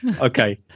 Okay